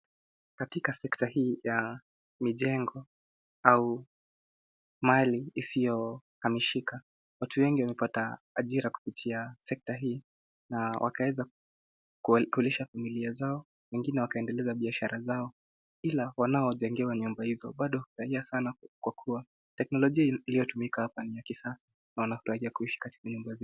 katika sekta hii ya mijengo au mali isiyo hamishika watu wengi wamepata ajira kupitia sekta hii na wakaweza kulisha familia zao , wengine wakaendeleza biashara zao ila wanaojengewa nyumba hizo na bado wanafurahia sana kwa kuwa teknolojia iliyo tumika hapa ni ya kisasa na wanafurahia kuishi katika nyumba zile.